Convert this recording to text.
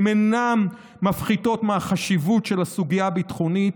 הן אינן מפחיתות מהחשיבות של הסוגיה הביטחונית,